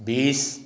बीस